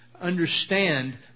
understand